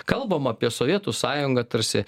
kalbama apie sovietų sąjungą tarsi